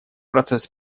процесс